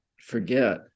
forget